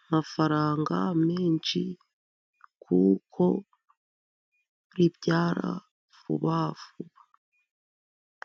amafaranga menshi, kuko ribyara vuba vuba.